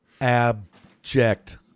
abject